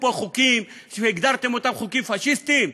פה חוקים שהגדרתם אותם "חוקים פאשיסטיים"?